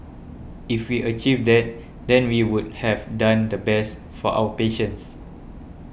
if we achieve that then we would have done the best for our patients